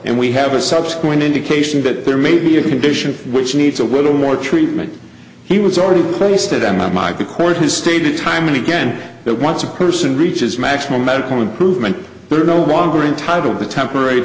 and we have a subsequent indication that there may be a condition which needs a little more treatment he was already placed it on my mind because his stated time and again that once a person reaches maximum medical improvement there are no longer entitle the temporary